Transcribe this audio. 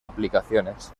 aplicaciones